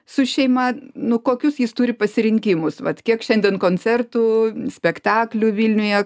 su šeima nu kokius jis turi pasirinkimus vat kiek šiandien koncertų spektaklių vilniuje